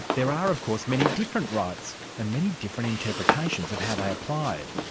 there are of course many different rights, and many different interpretations of how they apply.